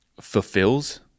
fulfills